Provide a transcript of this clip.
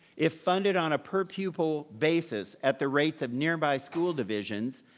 if funded on a per pupil basis at the rates of nearby school divisions,